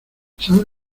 sabes